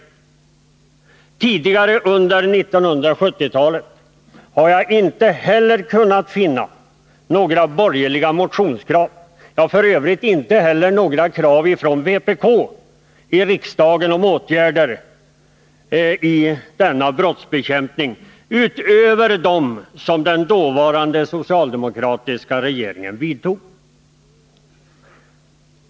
Inte heller tidigare under 1970-talet har jag kunnat finna några borgerliga motionskrav — f. ö. inte heller några krav från vpk — på åtgärder i denna brottsbekämpning utöver dem som den dåvarande socialdemokratiska regeringen vidtog.